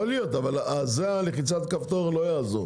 יכול להיות, אבל לחיצת כפתור לא יעזור.